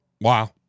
Wow